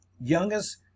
youngest